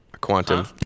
Quantum